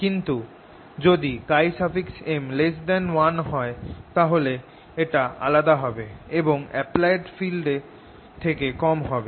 কিন্তু যদি M1 হয় তাহলে এটা আলাদা হবে এবং অ্যাপ্লায়েড ফিল্ড এর থেকে কম হবে